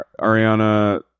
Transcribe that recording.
Ariana